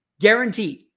guaranteed